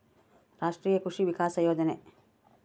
ರಾಷ್ಟ್ರೀಯ ಕೃಷಿ ವಿಕಾಸ ಯೋಜನೆ